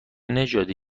نژادی